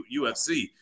UFC